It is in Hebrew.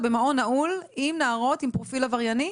במעון נעול עם נערות עם פרופיל עברייני?